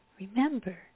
remember